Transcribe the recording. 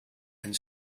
and